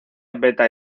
beta